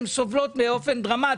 הן סובלות באופן דרמטי.